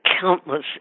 countless